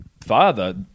father